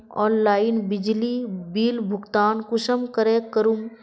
Online बिजली bill भुगतान कुंसम करे करूम?